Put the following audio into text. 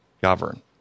govern